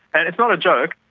and it's not a joke.